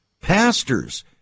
Pastors